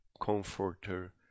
comforter